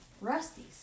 Rusty's